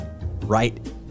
right